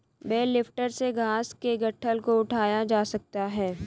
bell lifter से घास के गट्ठल को उठाया जा सकता है